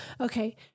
okay